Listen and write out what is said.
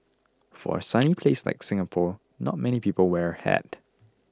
for a sunny place like Singapore not many people wear a hat